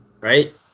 right